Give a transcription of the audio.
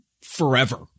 forever